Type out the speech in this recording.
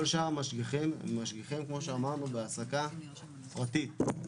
כל שאר המשגיחים, כמו שאמרנו בהעסקה פרטית.